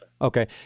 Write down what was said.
Okay